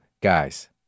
guys